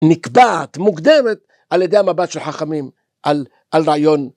נקבעת, מוקדמת על ידי המבט של חכמים, על רעיון.